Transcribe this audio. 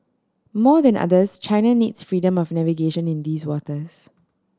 more than others China needs freedom of navigation in these waters